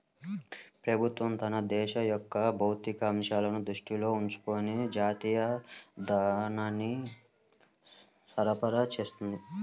ప్రభుత్వం తన దేశం యొక్క భౌతిక అంశాలను దృష్టిలో ఉంచుకొని జాతీయ ధనాన్ని సరఫరా చేస్తుంది